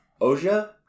Oja